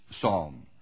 psalm